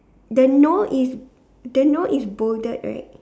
the no is the no is bolded right